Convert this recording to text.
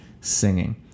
singing